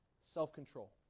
Self-control